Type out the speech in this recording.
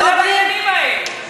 לא על העניינים האלה.